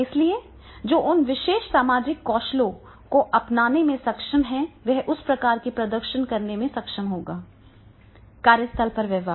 इसलिए जो उन विशेष सामाजिक कौशलों को अपनाने में सक्षम है वह उस प्रकार का प्रदर्शन करने में सक्षम होगा कार्यस्थल पर व्यवहार